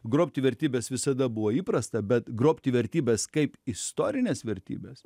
grobti vertybes visada buvo įprasta bet grobti vertybes kaip istorines vertybes